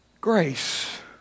grace